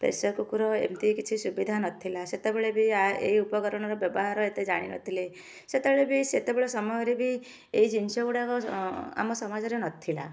pressure cooker ଏମତି କିଛି ସୁବିଧା ନଥିଲା ସେତେବେଳେ ବି ଆ ଏଇ ଉପକରଣର ବ୍ୟବହାର ଏତେ ଜାଣିନଥିଲେ ସେତେବେଳେ ବି ସେତେବେଳେ ସମୟରେ ବି ଏଇ ଜିନିଷ ଗୁଡ଼ାକ ଆମ ସମାଜରେ ନଥିଲା